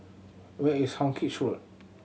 where is Hawkinge Road